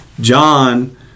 John